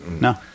No